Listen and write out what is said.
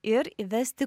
ir įvesti